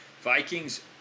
Vikings